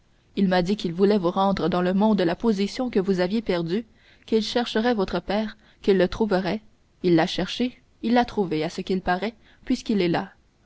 il m'a dit qu'il voulait vous rendre dans le monde la position que vous aviez perdue qu'il chercherait votre père qu'il le trouverait l'a cherché il l'a trouvé à ce qu'il paraît puisqu'il est là